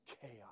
chaos